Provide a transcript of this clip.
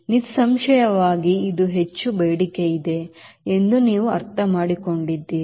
ನಿಸ್ಸಂಶಯವಾಗಿ ಇದು ಹೆಚ್ಚು ಬೇಡಿಕೆಯಿದೆ ಎಂದು ನೀವು ಅರ್ಥಮಾಡಿಕೊಂಡಿದ್ದೀರಿ